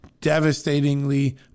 devastatingly